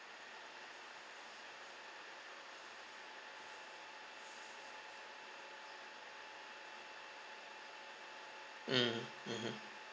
mm mmhmm